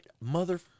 mother